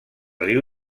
riu